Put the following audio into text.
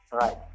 right